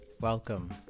Welcome